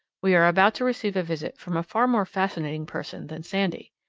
we are about to receive a visit from a far more fascinating person than sandy.